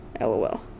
lol